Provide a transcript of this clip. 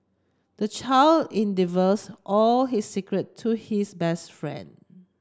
the child in divulges all his secret to his best friend